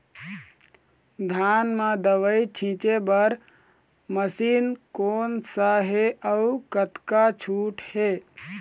धान म दवई छींचे बर मशीन कोन सा हे अउ कतका छूट हे?